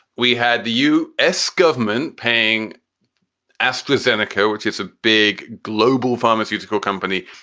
we had the u. s. government paying astrazeneca, which is a big global pharmaceutical company.